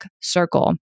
circle